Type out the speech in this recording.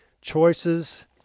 choices